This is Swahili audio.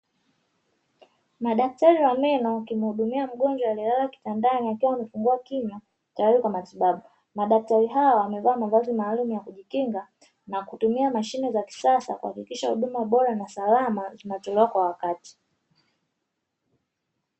Madaktari wa meno wakimhudumia mgonjwa aliyelala kitandani akiwa amefungua kinywa, tayari kwa matibabu. Madaktari hawa wamevaa mavazi maalumu ya kujikinga, na kutumia mashine za kisasa, kuhakikisha huduma safi na salama zinatolewa kwa wakati.